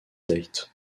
date